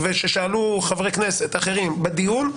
וששאלו חברי כנסת אחרים בדיון,